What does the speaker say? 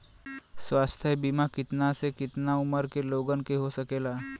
स्वास्थ्य बीमा कितना से कितना उमर के लोगन के हो सकेला?